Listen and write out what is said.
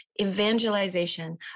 evangelization